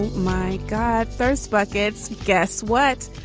my god. first buckets. guess what?